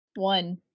one